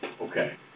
Okay